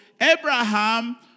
Abraham